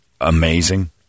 amazing